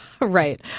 Right